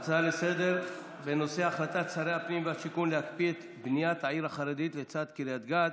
החלטת שרי הפנים והשיכון להקפיא את בניית העיר החרדית לצד קריית גת,